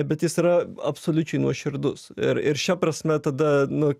bet jis yra absoliučiai nuoširdus ir ir šia prasme tada nu